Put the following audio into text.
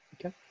Okay